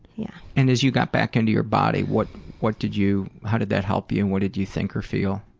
yeah p and as you got back into your body, what what did you, how did that help you, and what did you think or feel?